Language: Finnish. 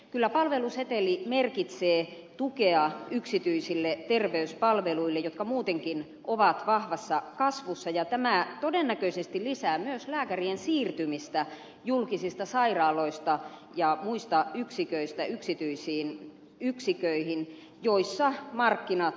kyllä palveluseteli merkitsee tukea yksityisille terveyspalveluille jotka muutenkin ovat vahvassa kasvussa ja tämä todennäköisesti lisää myös lääkärien siirtymistä julkisista sairaaloista ja muista yksiköistä yksityisiin yksiköihin joissa markkinat kasvavat